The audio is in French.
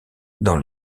dans